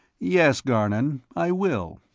yes, garnon, i will.